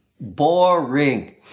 boring